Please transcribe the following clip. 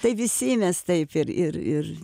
tai visi mes taip ir ir ir